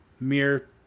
Mere